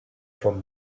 flancs